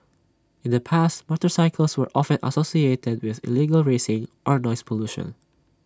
in the past motorcycles were often associated with illegal racing or noise pollution